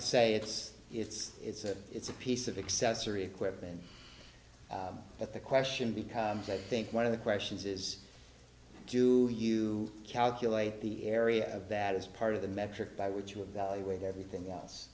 to say it's it's it's a it's a piece of accessory equipment at the question becomes i think one of the questions is do you calculate the area of that is part of the metric by which you evaluate everything else